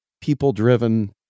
people-driven